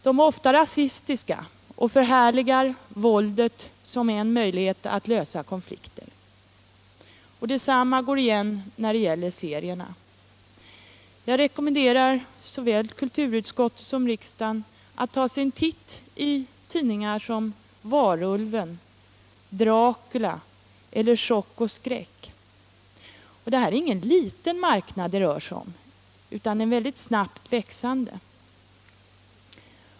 De är ofta rasistiska och förhärligar våldet som en möjlighet att lösa konflikter. Detsamma går igen när det gäller serierna. Jag rekommenderar såväl kulturutskottets som riksdagens ledamöter att ta sig en titt i tidningar som Varulven, Dracula eller Chock och skräck. Och det är ingen liten marknad det rör sig om utan en väldigt snabbt växande.